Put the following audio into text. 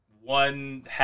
one